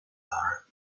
are